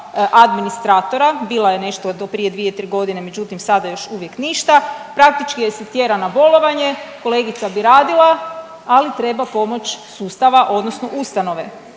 administratora. Bila je nešto prije dvije, tri godine. Međutim, sada još uvijek ništa. Praktički je stjerana na bolovanje. Kolegica bi radila ali treba pomoć sustava odnosno ustanove.